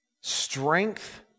strength